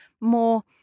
more